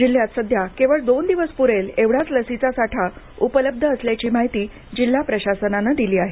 जिल्ह्यात सध्या केवळ दोन दिवस पुरेल एवढाच लसीचा साठा उपलब्ध असल्याची माहिती जिल्हा प्रशासनानं दिली आहे